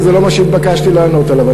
כי זה לא מה שהתבקשתי לענות עליו.